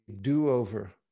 do-over